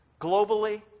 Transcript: globally